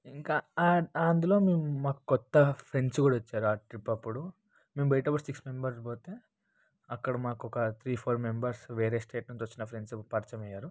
ఇంకా అందులో మేము మా కొత్త ఫ్రెండ్స్ కూడా వచ్చారు ఆ ట్రిప్ అప్పుడు మేము బయట నుంచి సిక్స్ మెంబర్స్ పోతే అక్కడ మాకు ఒక త్రీ ఫైవ్ మెంబర్స్ వేరే స్టేట్ నుంచి వచ్చిన ఫ్రెండ్స్ పరిచయం అయ్యారు